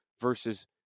versus